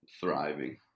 thriving